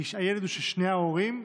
הילד הוא של שני ההורים.